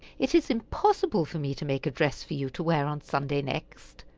it is impossible for me to make a dress for you to wear on sunday next.